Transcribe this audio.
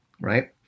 Right